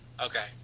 Okay